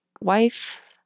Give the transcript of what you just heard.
wife